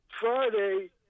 Friday